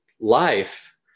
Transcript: life